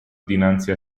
dinanzi